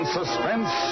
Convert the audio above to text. suspense